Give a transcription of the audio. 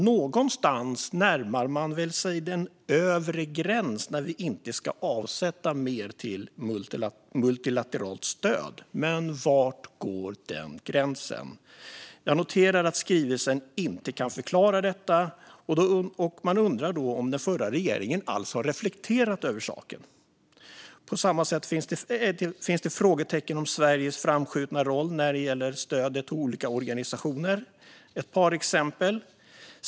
Någonstans närmar man väl sig den övre gränsen där vi inte ska avsätta mer till multilateralt stöd, men var går den gränsen? Jag noterar att skrivelsen inte kan förklara detta, och man undrar då om den förra regeringen alls har reflekterat över saken. På samma sätt finns det frågetecken om Sveriges framskjutna roll när det gäller stödet till olika organisationer. Låt mig ta ett par exempel.